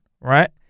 right